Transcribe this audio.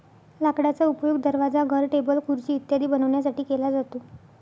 लाकडाचा उपयोग दरवाजा, घर, टेबल, खुर्ची इत्यादी बनवण्यासाठी केला जातो